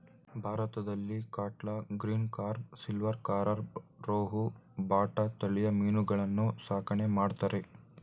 ಭಾರತದಲ್ಲಿ catla, green carp, silver carp, rohu, bata ತಳಿಯ ಮೀನುಗಳನ್ನು ಸಾಕಣೆ ಮಾಡ್ತರೆ